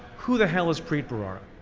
who the hell is preet bharara?